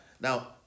now